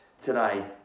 today